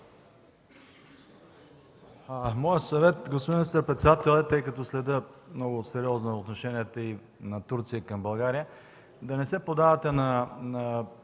Моят съвет, господин министър-председател, е, тъй като следя много сериозно отношенията на Турция към България, да не се поддавате на